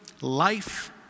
life